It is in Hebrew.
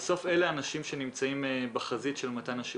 בסוף אלה האנשים שנמצאים בחזית של מתן השירותים.